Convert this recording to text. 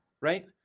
right